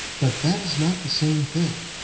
but that is not the same thing.